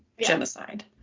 Genocide